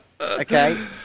Okay